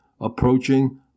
approaching